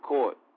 Court